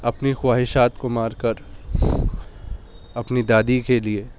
اپنی خواہشات کو مار کر اپنی دادی کے لیے